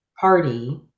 party